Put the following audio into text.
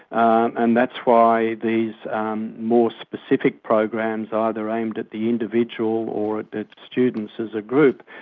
and that's why these more specific programs, either aimed at the individual or at students as a group,